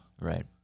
Right